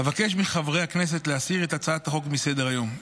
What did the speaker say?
אבקש מחברי הכנסת להסיר את הצעת החוק מסדר-היום.